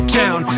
down